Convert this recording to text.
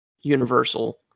universal